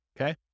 Okay